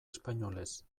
espainolez